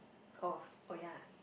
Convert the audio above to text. oh oh ya